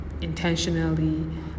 intentionally